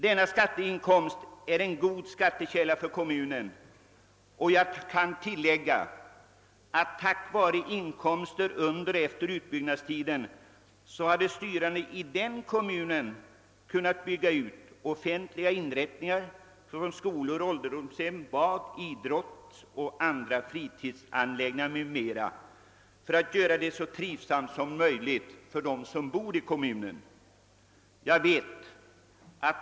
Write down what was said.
Denna inkomst är en god skattekälla för kommunen och jag kan tillägga att tack vare inkomster under och efter utbyggnadstiden har de styrande i denna kommun kunnat bygga ut offentliga inrättningar såsom skolor, ålderdomshem, bad, idrottsanläggningar och andra fritidsanläggningar för att göra det så trivsamt som möjligt för dem som bor i kommunen.